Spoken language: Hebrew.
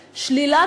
אזורי,